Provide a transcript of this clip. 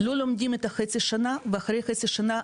לא לומדים חצי שנה ואחרי חצי שנה,